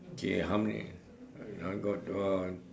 okay how many I I got uh